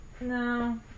No